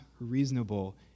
reasonable